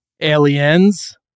aliens